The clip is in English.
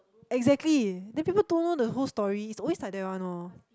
exactly then people don't know the whole story it's always like that one loh